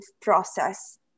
process